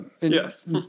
Yes